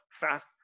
fast